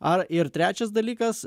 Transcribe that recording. ar ir trečias dalykas